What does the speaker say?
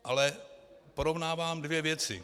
Ale porovnávám dvě věci.